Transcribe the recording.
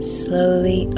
slowly